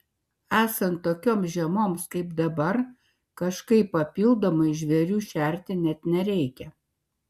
esant tokioms žiemoms kaip dabar kažkaip papildomai žvėrių šerti net nereikia